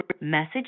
Message